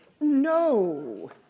No